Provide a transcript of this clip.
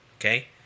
okay